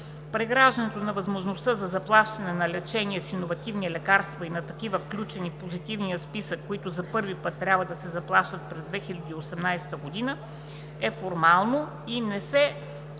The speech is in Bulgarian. Преграждането на възможността за заплащане на лечение с иновативни лекарства и на такива, включени в позитивния списък, които за първи път трябва да се заплащат през 2018 г., е формално и не се